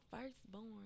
firstborn